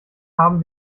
haben